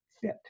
fit